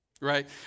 Right